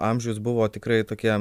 amžius buvo tikrai tokia